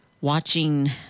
watching